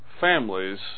families